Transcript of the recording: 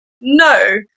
No